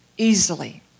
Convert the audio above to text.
easily